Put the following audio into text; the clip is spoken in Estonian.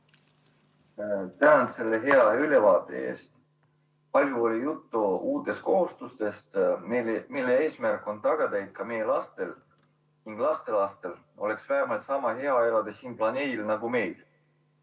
Tänan selle hea ülevaate eest! Palju oli juttu uutest kohustustest, mille eesmärk on tagada, et ka meie lastel ja lastelastel oleks vähemalt sama hea elada siin planeedil nagu meil.